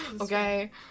Okay